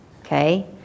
okay